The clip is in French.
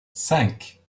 cinq